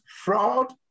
fraud